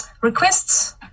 requests